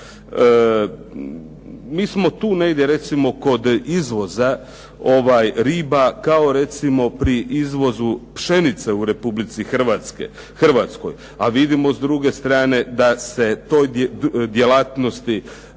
Mi smo tu negdje recimo kod izvoza riba, kao recimo pri izvozu pšenice u Republici Hrvatskoj, a vidimo s druge strane da se toj djelatnosti